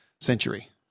century